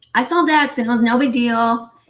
i solved that, no big deal.